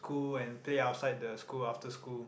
go and play outside the school after school